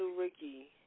Ricky